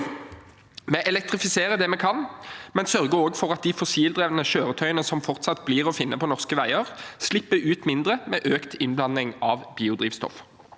Vi elektrifiserer det vi kan, men sørger også for at de fossildrevne kjøretøyene som fortsatt blir å finne på norske veier, slipper ut mindre, med økt innblanding av biodrivstoff.